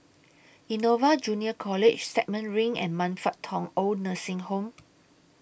Innova Junior College Stagmont Ring and Man Fut Tong Oid Nursing Home